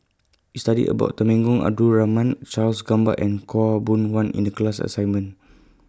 We studied about Temenggong Abdul Rahman Charles Gamba and Khaw Boon Wan in The class assignment